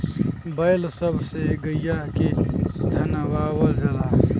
बैल सब से गईया के धनवावल जाला